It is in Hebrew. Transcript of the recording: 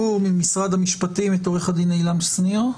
ממשרד המשפטים את עורך הדין עילם שניר,